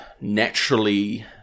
naturally